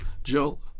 Joe